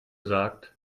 sagt